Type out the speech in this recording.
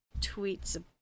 tweets